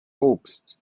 obst